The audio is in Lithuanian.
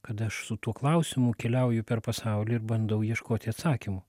kada aš su tuo klausimu keliauju per pasaulį ir bandau ieškoti atsakymų